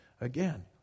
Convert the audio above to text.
again